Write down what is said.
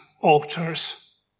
altars